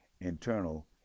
internal